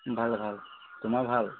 ভাল ভাল তোমাৰ ভাল